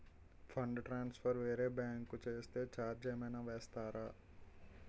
Fund transfer వేరే bank కి చేస్తే ఛార్జ్ ఏమైనా వేస్తారా?